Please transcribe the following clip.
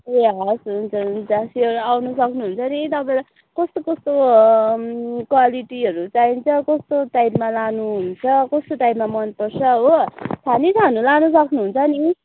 ए हवस् हुन्छ हुन्छ स्योर आउनु सक्नुहुन्छ नि तपाईँलाई कस्तो कस्तो क्वालिटीहरू चाहिन्छ कस्तो टाइपमा लानुहुन्छ कस्तो टाइपमा मनपर्छ हो छानी छानी लानु सक्नुहुन्छ नि